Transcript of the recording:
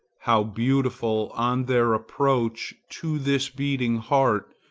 how beautiful, on their approach to this beating heart,